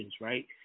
right